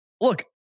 look